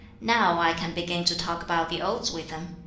now i can begin to talk about the odes with him